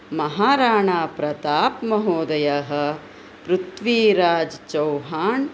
महाराणाप्रताप् महोदयः पृथ्वीराज् चौहाण्